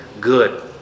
good